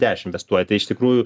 dešim testuoja tai iš tikrųjų